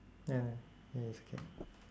ya i~ it's okay